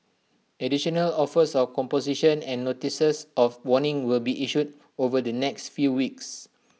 additional offers of composition and notices of warning will be issued over the next few weeks